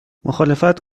مخالفت